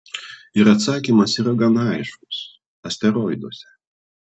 ir atsakymas yra gana aiškus asteroiduose